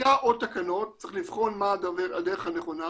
חקיקה או תקנות, צריך לבחון מה הדרך הנכונה,